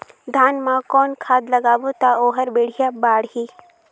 धान मा कौन खाद लगाबो ता ओहार बेडिया बाणही?